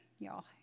Y'all